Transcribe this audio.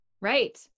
Right